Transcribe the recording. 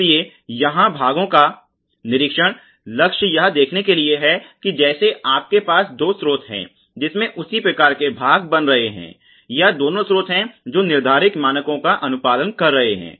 इसलिए यहाँ भागों का निरीक्षण लक्ष्य यह देखने के लिए है कि जैसे आपके पास दो स्रोत हैं जिसमें उसी प्रकार के भाग बन रहे हैं या दोनों स्रोत हैं जो निर्धारित मानकों का अनुपालन कर रहे हैं